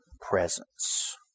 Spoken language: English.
presence